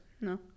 No